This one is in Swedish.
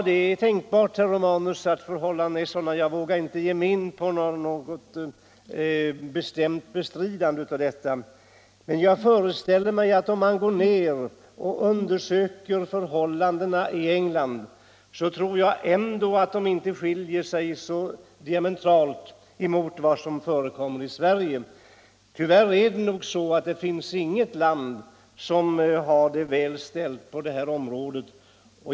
Det är tänkbart, herr Romanus, att förhållandena är sådana. Jag vågar inte bestämt bestrida det. Men jag föreställer mig att om man undersöker förhållandena i England så skall man när allt kommer omkring finna att de inte skiljer sig så diamentralt från förhållandena i Sverige. Tyvärr finns det nog inget land som har det väl ställt på det här området.